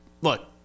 look